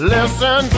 Listen